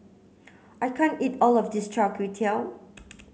I can't eat all of this Char Kway Teow